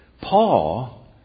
Paul